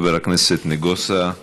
חבר הכנסת נגוסה,